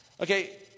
Okay